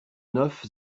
neuf